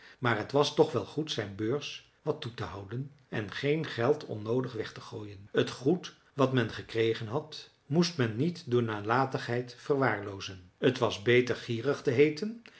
maar het was toch wel goed zijn beurs wat toe te houden en geen geld onnoodig weg te gooien het goed wat men gekregen had moest men niet door nalatigheid verwaarloozen t was beter gierig te heeten